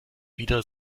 wieder